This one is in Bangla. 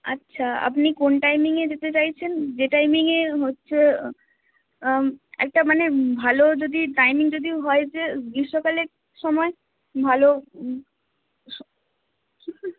আচ্ছা আপনি কোন টাইমিংয়ে যেতে চাইছেন যে টাইমিংয়ে হচ্ছে একটা মানে ভালো যদি টাইমিং যদি হয় যে গ্রীষ্মকালের সময় ভালো